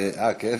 אה, כן?